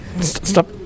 Stop